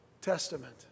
Testament